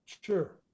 Sure